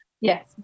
Yes